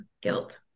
guilt